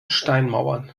steinmauern